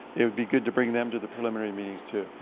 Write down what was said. it would be good to bring them to the preliminary meetings too.